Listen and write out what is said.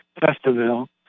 Festival